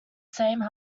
same